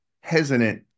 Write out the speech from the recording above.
hesitant